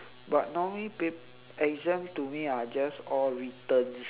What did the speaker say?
but normally pap~ exams to me are just all writtens